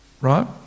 right